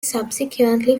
subsequently